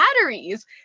batteries